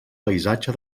paisatge